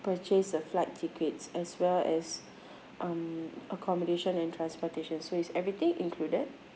purchase a flight tickets as well as um accommodation and transportation so is everything included